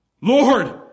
Lord